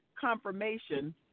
confirmation